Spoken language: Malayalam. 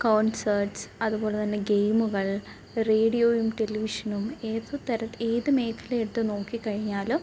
കോൺസേട്സ് അതുപോലെത്തന്നെ ഗെയിമുകൾ റേഡിയോയും ടെലിവിഷനും ഏത് തരത്ത് ഏത് മേഖല എടുത്ത് നോക്കിക്കഴിഞ്ഞാലും